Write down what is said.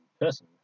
person